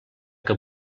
que